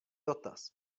dotaz